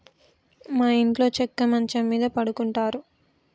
మా ఇంట్లో చెక్క మంచం మీద పడుకుంటారు